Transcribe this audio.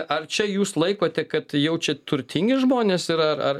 ar čia jūs laikote kad jau čia turtingi žmonės ir ar ar